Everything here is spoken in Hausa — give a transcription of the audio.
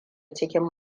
cikin